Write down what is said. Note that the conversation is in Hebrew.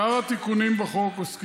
תיקון החוק עוסק